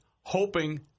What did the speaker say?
hoping